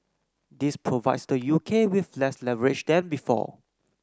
this provides the U K with less leverage than before